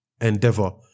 endeavor